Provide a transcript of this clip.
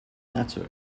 nature